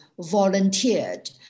volunteered